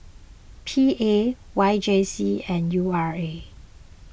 P A Y J C and U R A